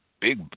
big